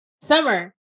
Summer